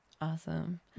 Awesome